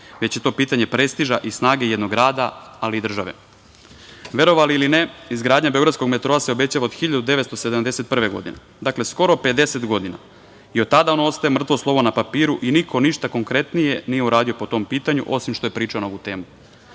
već je to pitanje prestiža i snage jednog grada, ali i države. Verovali ili ne, izgradnja beogradskog metroa se obećava od 1971. godine, dakle, skoro 50 godina i od tada on ostaje mrtvo slovo na papiru i niko ništa konkretnije nije uradio po tom pitanju, osim što je pričao na ovu temu.